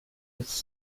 its